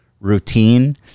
routine